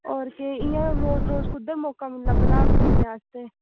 होर केह् इ'यां रोज रोज कुत्थै मौका मिलदा इ'यां घूमने आस्तै